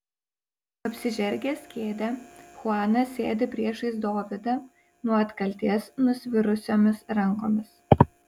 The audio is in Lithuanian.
apsižergęs kėdę chuanas sėdi priešais dovydą nuo atkaltės nusvirusiomis rankomis